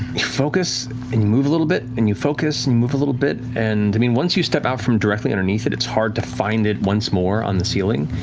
you focus and move a little bit, and you focus and a little bit. and i mean once you step out from directly underneath it, it's hard to find it once more on the ceiling,